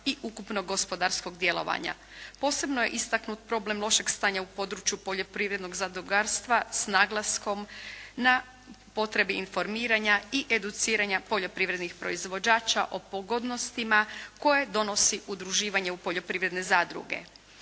i ukupnog gospodarskog djelovanja. Posebno je istaknut problem lošeg stanja u području poljoprivrednog zadrugarstva s naglaskom na potrebe informiranja i educiranja poljoprivrednog proizvođača o pogodnostima koje donosi udruživanje u poljoprivredne zadruge.